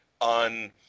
on